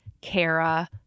Kara